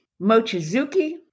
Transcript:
Mochizuki